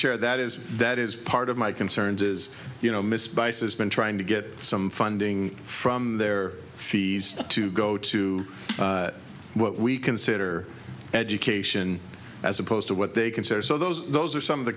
chair that is that is part of my concerns is you know miss bice's been trying to get some funding from their fees to go to what we consider education as opposed to what they consider so those those are some of the